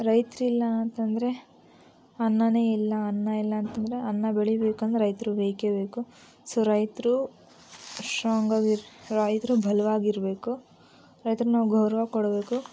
ರೈತರು ಇಲ್ಲ ಅಂತಂದರೆ ಅನ್ನನೇ ಇಲ್ಲ ಅನ್ನ ಇಲ್ಲ ಅಂತಂದರೆ ಅನ್ನ ಬೆಳಿಬೇಕು ಅಂದ್ರೆ ರೈತರು ಬೇಕೇ ಬೇಕು ಸೊ ರೈತರು ಸ್ಟ್ರಾಂಗಾಗ್ ಇರು ರೈತರು ಬಲವಾಗ್ ಇರಬೇಕು ರೈತರಿಗ್ ನಾವು ಗೌರವ ಕೊಡಬೇಕು